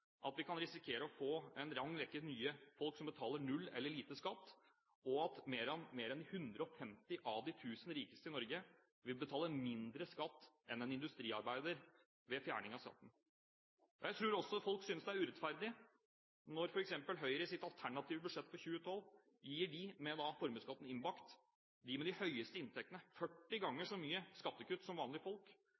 at vi kan risikere å få en lang rekke nye folk som betaler null eller lite skatt, og at mer enn 150 av de 1 000 rikeste i Norge vil betale mindre skatt enn en industriarbeider ved fjerning av skatten. Jeg tror også at folk synes det er urettferdig når f.eks. Høyre i sitt alternative budsjett for 2012 gir dem – med formuesskatten innbakt – med de høyeste inntektene 40 ganger så mye skattekutt som vanlige folk,